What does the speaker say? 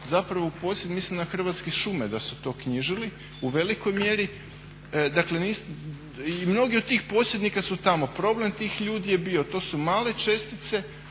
zapravo u posjed, mislim na Hrvatske šume da su to knjižili u velikoj mjeri. Dakle i mnogi od tih posjednika su tamo. Problem tih ljudi je bio, to su male čestice,